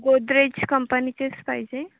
गोदरेज कंपनीचेच पाहिजे